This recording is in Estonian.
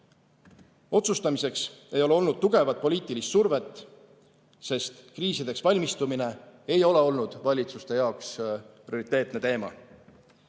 otsustamiseks ei ole olnud tugevat poliitilist survet, sest kriisideks valmistumine ei ole olnud valitsuste jaoks prioriteetne teema.